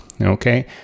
okay